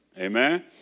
Amen